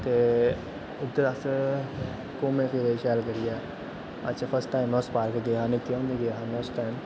ते उद्धर अस घुम्मे फिरे शैल करियै अच्छा फस्ट टाइम उस पार्क गेआ निक्के होंदे गेआ हा उस टैम